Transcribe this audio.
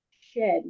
Shed